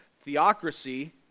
theocracy